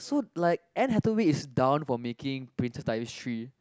so like Anne Hathaway is down for making Princess Diaries Three